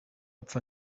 apfa